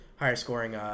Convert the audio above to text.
Higher-scoring